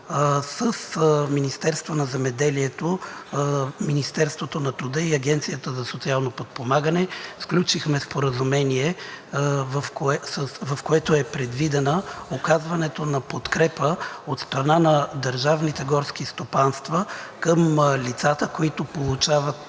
С Министерството на земеделието, Министерството на труда и Агенцията за социално подпомагане сключихме споразумение, в което е предвидено оказването на подкрепа от страна на държавните горски